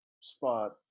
spot